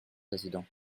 président